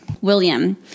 William